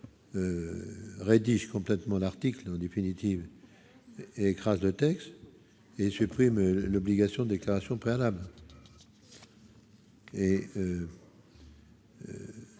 rédige complètement l'article 1 du punitive écrase de texte et supprime l'obligation de déclaration préalable et.